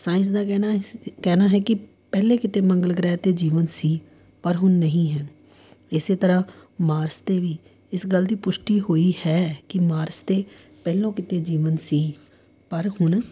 science ਦਾ ਕਹਿਣਾ ਹੀ ਸੀ ਕਹਿਣਾ ਹੈ ਕਿ ਪਹਿਲੇ ਕਿਤੇ ਮੰਗਲ ਗ੍ਰਹਿ 'ਤੇ ਜੀਵਨ ਸੀ ਪਰ ਹੁਣ ਨਹੀਂ ਹੈ ਇਸੇ ਤਰ੍ਹਾਂ ਮਾਰਸ 'ਤੇ ਵੀ ਇਸ ਗੱਲ ਦੀ ਪੁਸ਼ਟੀ ਹੋਈ ਹੈ ਕਿ ਮਾਰਸ 'ਤੇ ਪਹਿਲਾਂ ਕਿਤੇ ਜੀਵਨ ਸੀ ਪਰ ਹੁਣ